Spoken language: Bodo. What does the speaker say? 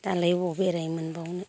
दालाय अबाव बेरायनो मोनबावनो